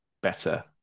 better